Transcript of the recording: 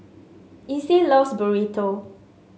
Icey loves Burrito